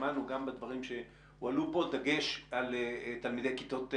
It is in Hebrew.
שמענו גם בדברים שהועלו פה דגש על תלמידי כיתות ז',